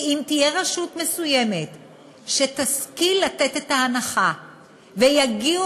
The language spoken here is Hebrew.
כי אם רשות מסוימת תשכיל לתת את ההנחה ויגיעו